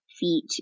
feet